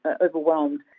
overwhelmed